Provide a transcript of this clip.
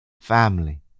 family